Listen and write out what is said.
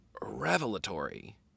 revelatory